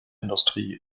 industrie